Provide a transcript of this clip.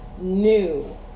new